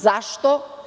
Zašto?